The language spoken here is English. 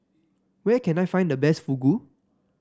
where can I find the best Fugu